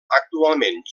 actualment